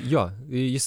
jo jis